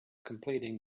completing